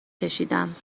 کشیدم